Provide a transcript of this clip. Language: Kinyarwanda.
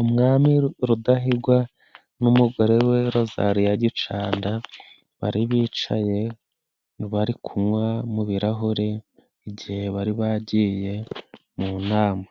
Umwami Rudahigwa n'umugore we Rozaliya Gicanda bari bicaye bari kunywa mu birahure, igihe bari bagiye mu nama